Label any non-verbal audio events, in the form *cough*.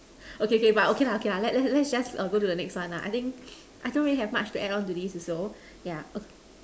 *breath* okay okay but okay lah okay lah let let let's just err go to the next one lah I think *noise* I don't really have much to add on to this also yeah *noise*